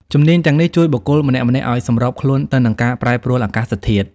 ជំនាញទាំងនេះជួយបុគ្គលម្នាក់ៗឱ្យសម្របខ្លួនទៅនឹងការប្រែប្រួលអាកាសធាតុ។